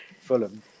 fulham